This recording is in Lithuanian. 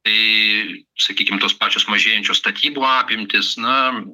tai sakykim tos pačios mažėjančios statybų apimtys na